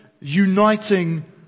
uniting